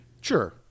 Sure